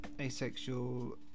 asexual